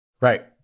Right